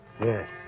Yes